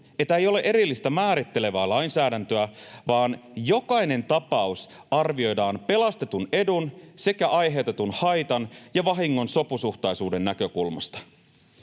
että ei ole erillistä määrittelevää lainsäädäntöä, vaan jokainen tapaus arvioidaan pelastetun edun sekä aiheutetun haitan ja vahingon sopusuhtaisuuden näkökulmasta.